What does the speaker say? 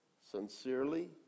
sincerely